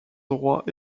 droit